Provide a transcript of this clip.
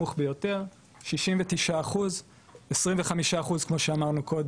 25% כמו שאמרנו קודם, אנשים שלא משכו כספים,